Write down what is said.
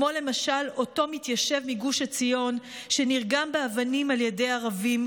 כמו למשל אותו מתיישב מגוש עציון שנרגם באבנים על ידי ערבים,